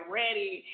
ready